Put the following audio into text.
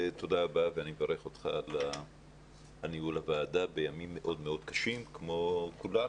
אני מברך אותך על הניהול הוועדה בימים מאוד מאוד קשים כמו כולנו,